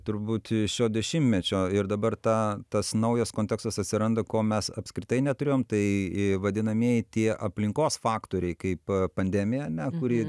turbūt šio dešimtmečio ir dabar ta tas naujas kontekstas atsiranda ko mes apskritai neturėjom vadinamieji tie aplinkos faktoriai kaip pandemija kuri